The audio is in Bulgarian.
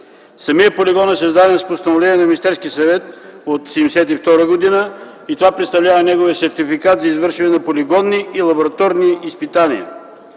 Самият полигон е създаден с постановление на Министерския съвет от 1972 г. и това представлява неговия сертификат за извършване на полигонни и лабораторни изпитания.